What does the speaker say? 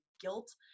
guilt